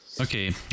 Okay